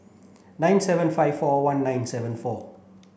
nine seven five four one nine seven four